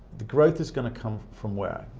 growth is going to come from where?